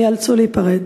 הם ייאלצו להיפרד.